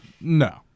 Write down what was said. No